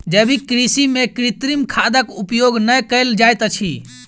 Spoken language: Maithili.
जैविक कृषि में कृत्रिम खादक उपयोग नै कयल जाइत अछि